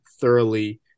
thoroughly